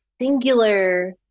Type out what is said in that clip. singular